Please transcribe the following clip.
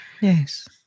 Yes